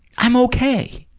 i'm okay.